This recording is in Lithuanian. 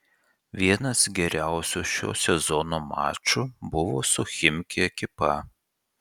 vienas geriausių šio sezono mačų buvo su chimki ekipa